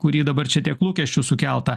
kurį dabar čia tiek lūkesčių sukelta